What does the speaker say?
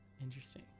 Interesting